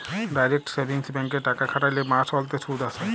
direct savings ব্যাংকে টাকা খ্যাটাইলে মাস অল্তে সুদ আসে